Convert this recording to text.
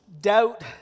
doubt